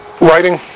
Writing